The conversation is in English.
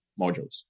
modules